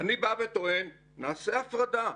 אני בא וטוען, נעשה הפרדה.